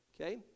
okay